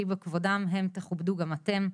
כי בכבודם הם תכובדו גם אתם.."